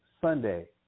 Sunday